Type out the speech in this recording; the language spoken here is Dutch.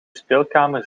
speelkamer